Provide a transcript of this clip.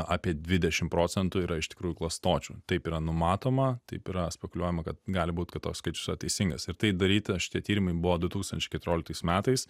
apie dvidešim procentų yra iš tikrųjų klastočių taip yra numatoma taip yra spekuliuojama kad gali būt kad toks skaičius yra teisingas ir tai daryta šitie tyrimai buvo du tūkstančiai keturioliktais metais